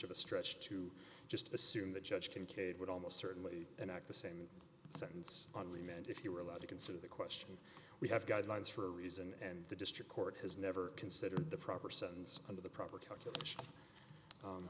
of a stretch to just assume the judge can cade would almost certainly an act the same sentence on remand if you were allowed to consider the question we have guidelines for a reason and the district court has never considered the proper sentence under the proper ca